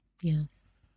Yes